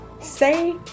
Say